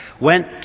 went